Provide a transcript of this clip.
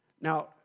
Now